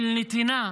של נתינה,